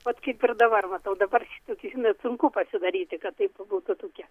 vat kaip ir dabar matau dabar šitokį žinot sunku pasidaryti kad taip būtų tokia